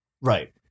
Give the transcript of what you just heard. Right